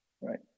Right